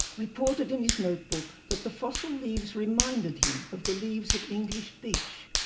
reported in his notebook that the fossil leaves reminded him of the leaves of english beech,